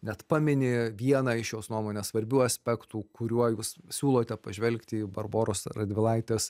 net pamini vieną iš jos nuomone svarbių aspektų kuriuo jūs siūlote pažvelgti į barboros radvilaitės